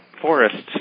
forests